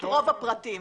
רוב הפרטים.